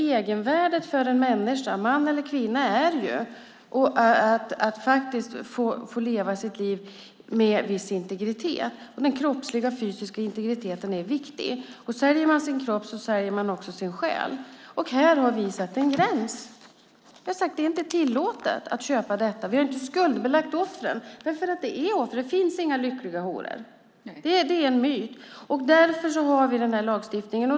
Egenvärdet för en människa, man eller kvinna, är ju att faktiskt få leva sitt liv med viss integritet. Den kroppsliga, fysiska integriteten är viktig. Säljer man sin kropp säljer man också sin själ. Här har vi satt en gräns. Vi har sagt att det inte är tillåtet att köpa detta. Vi har inte skuldbelagt offren just för att de är offer. Det finns inga lyckliga horor. Det är en myt. Därför har vi den här lagstiftningen.